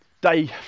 Day